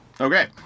Okay